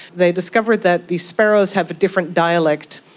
they discovered that these sparrows have a different dialect,